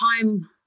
time